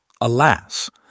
alas